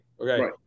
Okay